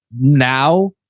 now